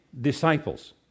disciples